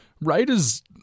Raiders